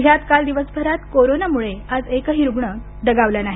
जिल्ह्यात काल दिवसभरात कोरोना मुळे आज एकही रुग्ण दगावला नाही